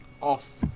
off